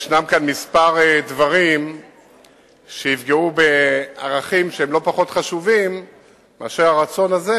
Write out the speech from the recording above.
שישנם כאן כמה דברים שיפגעו בערכים שהם לא פחות חשובים מהרצון הזה,